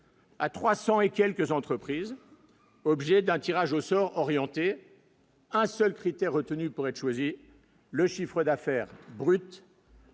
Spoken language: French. à 300 et quelques entreprises, objet d'un tirage au sort orienté. Un seul critère retenu pour être choisi, le chiffre d'affaires brut.